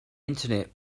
internet